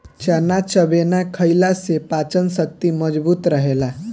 चना चबेना खईला से पाचन शक्ति मजबूत रहेला